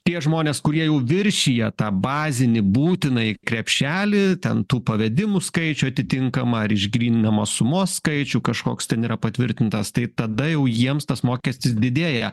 tie žmonės kurie jau viršija tą bazinį būtinąjį krepšelį ten tų pavedimų skaičių atitinkamą ar išgryninamos sumos skaičių kažkoks ten yra patvirtintas tai tada jau jiems tas mokestis didėja